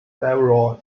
several